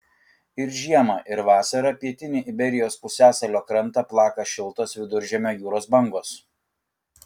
ir žiemą ir vasarą pietinį iberijos pusiasalio krantą plaka šiltos viduržemio jūros bangos